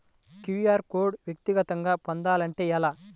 QR code వ్యక్తిగతంగా పొందాలంటే ఎలా?